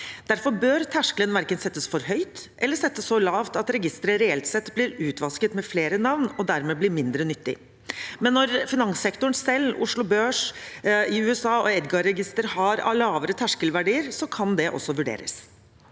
Derfor bør terskelen verken settes for høyt eller settes så lavt at registeret reelt sett blir utvasket med flere navn og dermed blir mindre nyttig. Når finanssektoren selv, Oslo Børs, USA og EDGAR-registrene har lavere terskelverdier, kan det også vurderes.